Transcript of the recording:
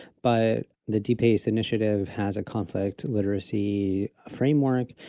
but the dpace initiative has a conflict literacy framework,